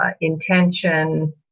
intention